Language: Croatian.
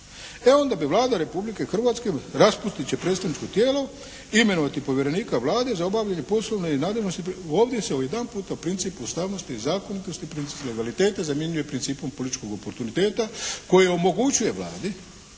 onda bi Vlada Republike Hrvatske raspustit će predstavničko tijelo, imenovati povjerenika Vlade za obavljanje poslovne …/Govornik se ne razumije./… ovdje se odjedanput princip ustavnosti i zakonitosti, princip legaliteta zamjenjuje principom političkog oportuniteta koji omogućuje Vladi,